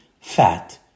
fat